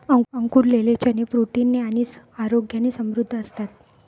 अंकुरलेले चणे प्रोटीन ने आणि आरोग्याने समृद्ध असतात